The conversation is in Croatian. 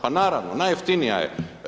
Pa naravno, najjeftinija je.